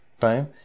time